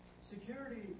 security